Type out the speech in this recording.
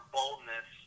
boldness